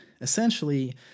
Essentially